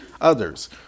others